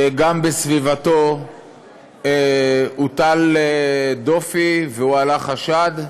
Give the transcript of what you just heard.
שגם בסביבתו הוטל דופי והועלה חשד,